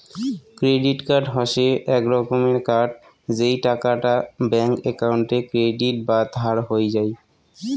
credit card হসে এক রকমের কার্ড যেই টাকাটা ব্যাঙ্ক একাউন্টে ক্রেডিট বা ধার হই যাই